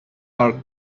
our